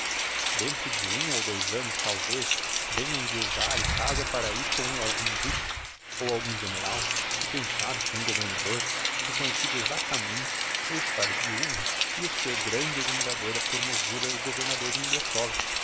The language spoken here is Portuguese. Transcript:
dentro de um ou dois annos talvez vem a enviuvar e casa para ahi com algum duque ou algum general e quem sabe com o governador e coincide exactamente o estar viuvo e o ser grande admirador da formosura o governador de